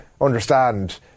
understand